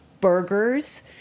burgers